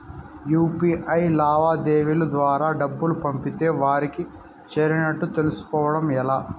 UPI లావాదేవీల ద్వారా డబ్బులు పంపితే వారికి చేరినట్టు తెలుస్కోవడం ఎలా?